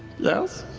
yes?